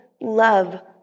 love